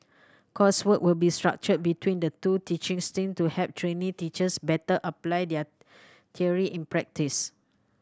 coursework will be structured between the two teaching stint to help trainee teachers better apply their theory in practice